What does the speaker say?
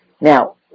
Now